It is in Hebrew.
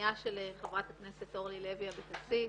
פנייה של חברת הכנסת אורלי לוי אבקסיס,